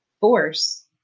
force